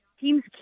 teams